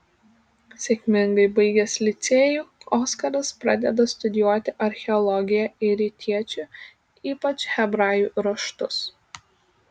sėkmingai baigęs licėjų oskaras pradeda studijuoti archeologiją ir rytiečių ypač hebrajų raštus